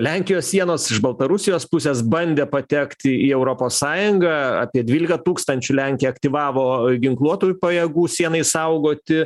lenkijos sienos iš baltarusijos pusės bandė patekti į europos sąjungą apie dvylika tūkstančių lenkija aktyvavo ginkluotųjų pajėgų sienai saugoti